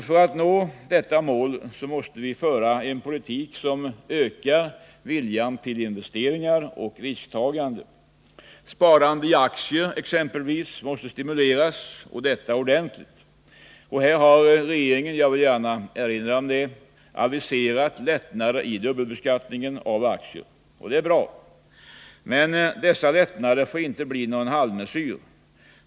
För att nå det målet måste vi föra en politik som ökar viljan till investeringar och risktagande. Sparande i aktier exempelvis måste stimuleras ordentligt. Här har regeringen — jag vill gärna erinra om det — aviserat lättnader i dubbelbeskattningen av aktier, och det är bra. Men dessa lättnader får inte bli en halvmesyr.